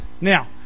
now